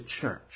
church